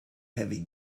heavy